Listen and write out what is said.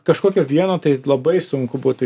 kažkokio vieno tai labai sunku būtų